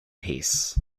peace